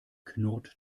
knurrt